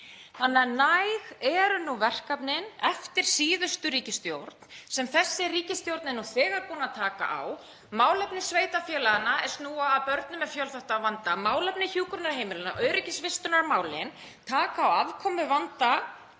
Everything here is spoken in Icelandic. Þannig að næg eru verkefnin eftir síðustu ríkisstjórn sem þessi ríkisstjórn er nú þegar búin að taka á, málefni sveitarfélaganna er snúa að börnum með fjölþættan vanda, málefni hjúkrunarheimilanna, öryggisvistunarmálin, taka á afkomuvanda